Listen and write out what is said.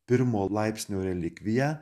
pirmo laipsnio relikvija